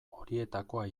horietakoa